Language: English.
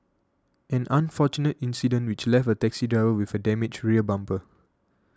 an unfortunate incident which left a taxi driver with a damaged rear bumper